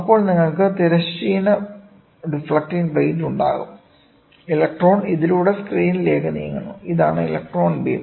അപ്പോൾ നിങ്ങൾക്ക് തിരശ്ചീന ഡിഫ്ലക്ട്ടിംഗ് പ്ലേറ്റ് ഉണ്ടാകും ഇലക്ട്രോൺ ഇതിലൂടെ സ്ക്രീനിലേക്ക് നീങ്ങുന്നു ഇതാണ് ഇലക്ട്രോൺ ബീം